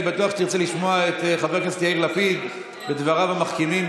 אני בטוח שתרצה לשמוע את חבר הכנסת יאיר לפיד ודבריו המחכימים.